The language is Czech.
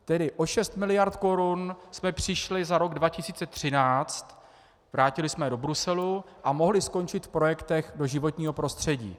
Tedy o 6 mld. korun jsme přišli za rok 2013, vrátili jsme je do Bruselu, a mohly skončit v projektech do životního prostředí.